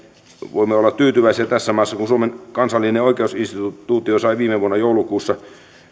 voimme olla tyytyväisiä tässä maassa kun suomen kansallinen oikeusinstituutio sai viime vuonna joulukuussa